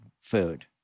food